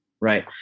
right